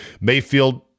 Mayfield